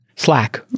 Slack